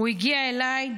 הוא הגיע אליי,